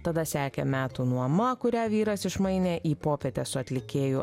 tada sekė metų nuoma kurią vyras išmainė į popietę su atlikėju